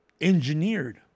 engineered